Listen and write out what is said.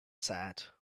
sad